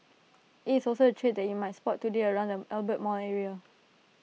IT is also A trade that you might spot today around the Albert mall area